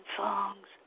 songs